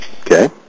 okay